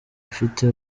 afite